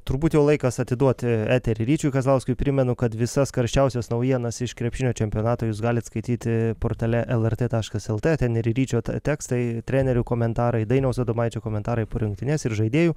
turbūt jau laikas atiduoti eterį ryčiui kazlauskui primenu kad visas karščiausias naujienas iš krepšinio čempionato jūs galit skaityti portale lrt taškas lt ten ir ryčio tie tekstai trenerių komentarai dainiaus adomaičio komentarai po rungtynes ir žaidėjų